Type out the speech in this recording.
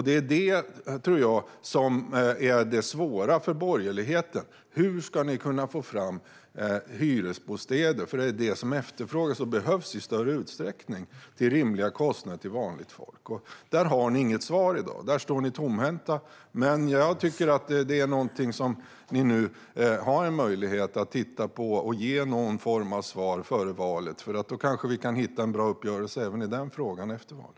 Det är detta som jag tror är det svåra för borgerligheten: hur ni ska kunna få fram hyresbostäder, som är det som efterfrågas och behövs i större utsträckning, till rimliga kostnader för vanligt folk. Där har ni inget svar i dag utan står tomhänta. Detta är något som ni nu har en möjlighet att titta på och ge någon form av svar på före valet. Då kanske vi kan hitta en uppgörelse även i den frågan efter valet.